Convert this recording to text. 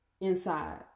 inside